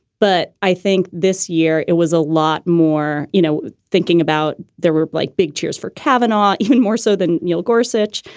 but i think this year it was a lot more, you know, thinking about. there were like big cheers for kavanaugh, even more so than neil gorsuch.